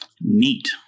Neat